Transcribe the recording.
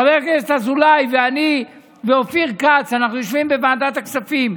חבר הכנסת אזולאי ואני ואופיר כץ יושבים בוועדת הכספים,